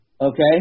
Okay